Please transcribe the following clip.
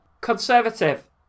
Conservative